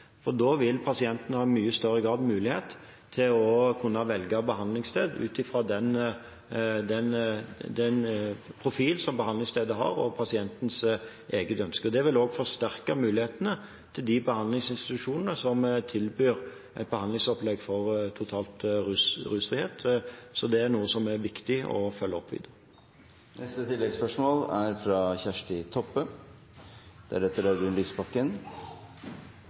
for da vil pasientene i mye større grad ha mulighet til å kunne velge behandlingssted ut fra den profil som behandlingsstedet har, og pasientens eget ønske. Det vil også forsterke mulighetene til de behandlingsinstitusjonene som tilbyr et behandlingsopplegg for total rusfrihet – så det er noe som er viktig å følge opp videre.